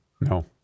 No